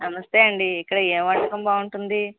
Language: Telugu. నమస్తే అండి ఇక్కడ ఏ వంటకం బాగుంటుంది